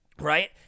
right